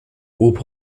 ober